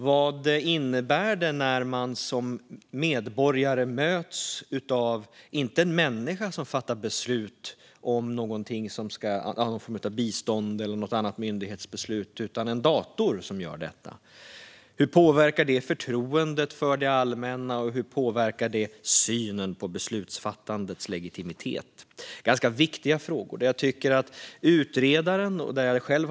Vad innebär det när man som medborgare inte möts av en människa som ska fatta beslut - det kan vara ett beslut om bistånd eller något annat myndighetsbeslut - utan av en dator som ska göra det? Hur påverkar det förtroendet för det allmänna, och hur påverkar det synen på beslutsfattandets legitimitet? Detta är ganska viktiga frågor, där jag tycker att utredaren har landat ganska klokt.